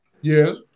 Yes